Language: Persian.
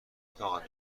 طاقت